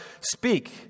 speak